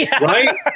right